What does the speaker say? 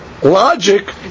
Logic